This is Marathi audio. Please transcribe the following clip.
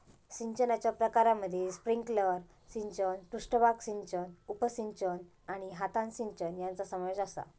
सिंचनाच्या प्रकारांमध्ये स्प्रिंकलर सिंचन, पृष्ठभाग सिंचन, उपसिंचन आणि हातान सिंचन यांचो समावेश आसा